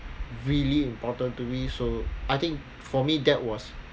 really important to me so I think for me that was